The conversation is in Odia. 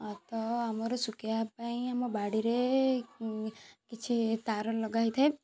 ତ ଆମର ଶୁଖାଇବା ପାଇଁ ଆମର ବାଡ଼ିରେ କିଛି ତାର ଲଗା ହେଇଥାଏ